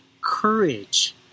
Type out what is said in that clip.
courage